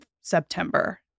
September